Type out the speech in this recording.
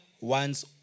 one's